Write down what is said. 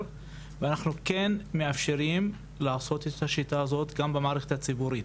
ואנחנו מאפשרים לעשות את השיטה הזאת גם במערכת הציבורית,